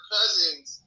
Cousins